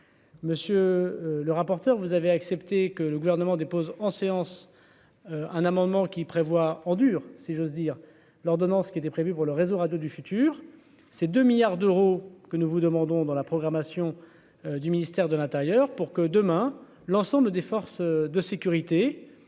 Monsieur le rapporteur, vous avez accepté que le gouvernement dépose en séance un amendement qui prévoit en dur, si j'ose dire l'ordonnance, ce qui était prévu pour le réseau radio du futur ces 2 milliards d'euros que nous vous demandons dans la programmation du ministère de l'Intérieur pour que demain l'ensemble des forces de sécurité,